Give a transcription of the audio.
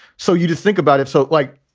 so you just think about it. so, like,